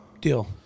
deal